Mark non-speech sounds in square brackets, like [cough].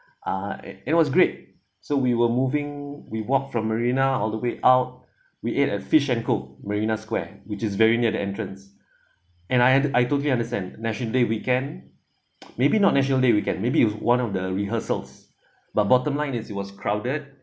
uh and it was great so we were moving we walk from marina all the way out we ate at fish and co marina square which is very near the entrance and I I totally understand national day weekend [noise] maybe not national day weekend maybe it was one of the rehearsals but bottom line is it was crowded